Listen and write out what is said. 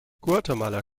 guatemala